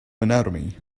anatomy